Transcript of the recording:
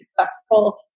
successful